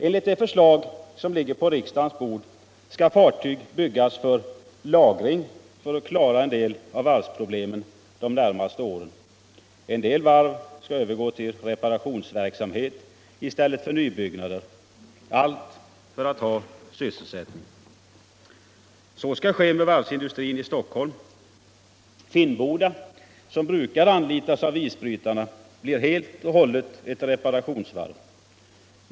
Enligt det förslag som ligger på riksdagens bord skall fartyg byggas för ”lagring” för att klara en del av varvsproblemen de närmaste åren, och en del varv skall övergå till reparationsverksamhet i stället för nybyggnader — allt för att ha sysselsättning. Så skall ske med varvsindustrin i Stockholm. Finnboda, som brukar anlitas av isbrytarna, blir helt och hållet ett reparationsvarv.